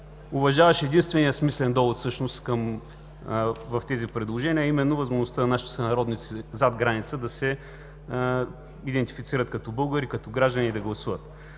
уважаващ единствения смислен довод всъщност в тези предложения, а именно възможността нашите сънародници зад граница да се идентифицират като българи, като граждани и да гласуват.